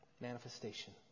manifestation